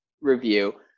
review